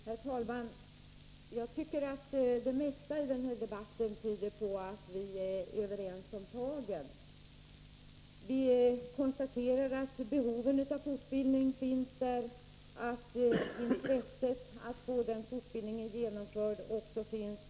Herr talman! Jag tycker att det mesta i denna debatt tyder på att vi är överens om tagen. Vi konstaterar att behoven av fortbildning finns och att intresset av att fortbildningen genomförs också finns.